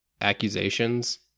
accusations